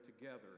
together